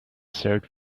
served